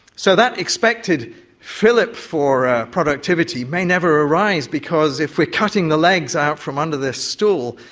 so that expected fillip for ah productivity may never arise because if we are cutting the legs out from under this stool,